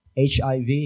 hiv